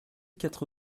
quatre